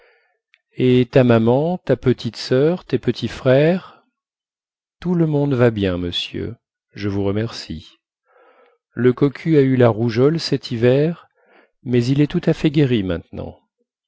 et ta maman ta petite soeur tes petits frères tout le monde va bien monsieur je vous remercie le cocu a eu la rougeole cet hiver mais il est tout à fait guéri maintenant